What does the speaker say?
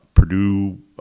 Purdue